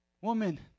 woman